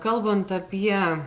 kalbant apie